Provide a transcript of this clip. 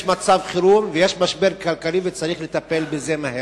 יש מצב חירום ויש משבר כלכלי וצריך לטפל בזה מהר.